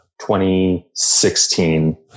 2016